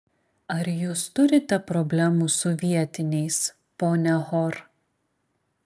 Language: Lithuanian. ar jūs turite problemų su vietiniais ponia hor